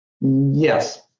Yes